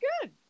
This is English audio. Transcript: good